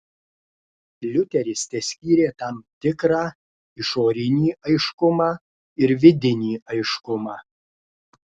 liuteris teskyrė tam tikrą išorinį aiškumą ir vidinį aiškumą